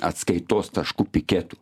atskaitos tašku piketu